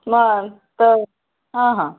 मां त हा हा